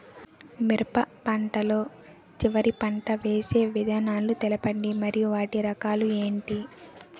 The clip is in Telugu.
మిరప లో చివర పంట వేసి విధానాలను తెలపండి మరియు వాటి రకాలు ఏంటి